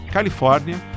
Califórnia